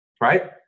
right